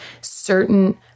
certain